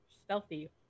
stealthy